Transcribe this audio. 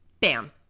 bam